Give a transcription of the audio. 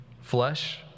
flesh